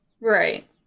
Right